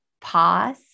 pause